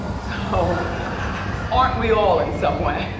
so aren't we all in some way.